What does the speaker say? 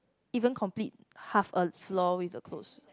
even complete half of a floor with the clothes